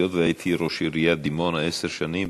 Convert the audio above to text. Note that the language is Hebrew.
היות שהייתי ראש עיריית דימונה עשר שנים,